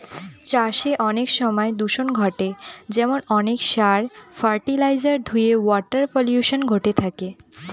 চাষে অনেক সময় দূষন ঘটে যেমন অনেক সার, ফার্টিলাইজার ধূয়ে ওয়াটার পলিউশন ঘটে থাকে